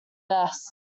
best